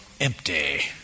empty